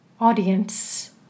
audience